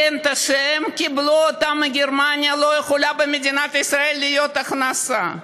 רנטה שהם קיבלו מגרמניה לא יכולה במדינת ישראל להיות הכנסה.